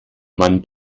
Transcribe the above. man